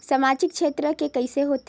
सामजिक क्षेत्र के कइसे होथे?